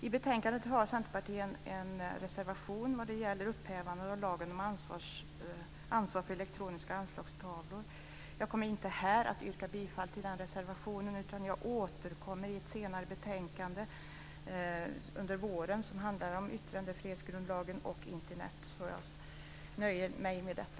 I betänkandet har Centerpartiet en reservation vad gäller upphävandet av lagen om ansvar för elektroniska anslagstavlor. Jag kommer inte nu att yrka bifall till den reservationen, utan jag återkommer i samband med ett betänkande senare under våren som handlar om yttrandefrihetsgrundlagen och Internet. Jag nöjer mig med detta.